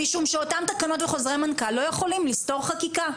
משום שאותם תקנות וחוזרי מנכ"ל לא יכולים לסתור חקיקה,